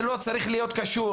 זה לא צריך להיות קשור,